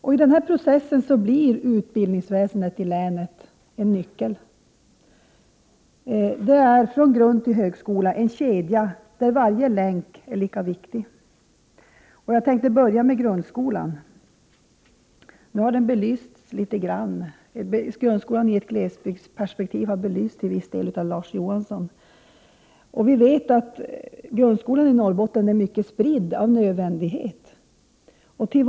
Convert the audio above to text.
Utbildningsväsendet i länet blir i denna process en nyckel. Det är, från grundtill högskola, en kedja där varje länk är lika viktig. Jag tänkte börja med att tala om grundskolan. Grundskolan i ett glesbygdsperspektiv har till viss del berörts av Larz Johansson. Vi vet att grundskolan i Norrbotten av nödvändighet är mycket spridd.